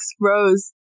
Rose